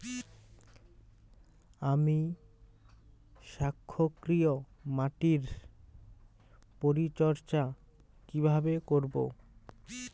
আমি ক্ষারকীয় মাটির পরিচর্যা কিভাবে করব?